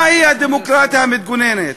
מהי הדמוקרטיה המתגוננת?